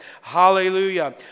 hallelujah